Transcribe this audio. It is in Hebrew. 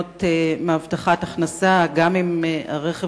דמי הבטחת הכנסה לבעל רכב ישן) היא הצעת